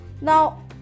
Now